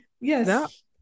yes